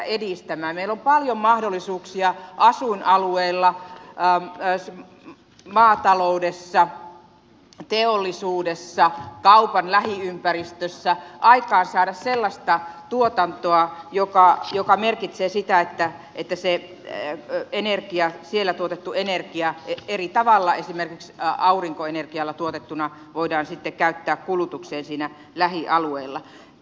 meillä on paljon mahdollisuuksia asuinalueilla maataloudessa teollisuudessa kaupan lähiympäristössä aikaansaada sellaista tuotantoa joka merkitsee sitä että se siellä tuotettu energia eri tavalla esimerkiksi aurinkoenergialla tuotettuna voidaan sitten käyttää kulutukseen siinä lähialueella